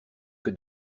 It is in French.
que